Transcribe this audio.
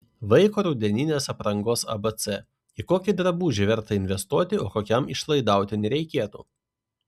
vaiko rudeninės aprangos abc į kokį drabužį verta investuoti o kokiam išlaidauti nereikėtų